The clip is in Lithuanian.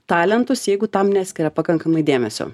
talentus jeigu tam neskiria pakankamai dėmesio